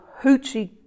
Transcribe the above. hoochie